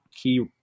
key